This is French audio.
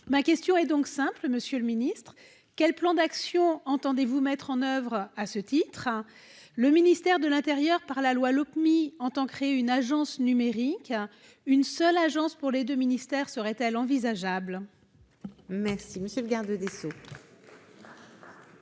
ma question est donc simple, Monsieur le Ministre quel plan d'action entendez-vous mettre en oeuvre, à ce titre, hein, le ministère de l'intérieur par la loi Lopmi entend créer une agence numérique une seule agence pour les 2 ministères serait-elle envisageable. Merci monsieur le garde des